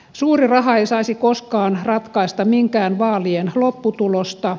suuri raha ei saisi koskaan ratkaista minkään vaalien lopputulosta